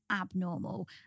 abnormal